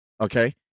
okay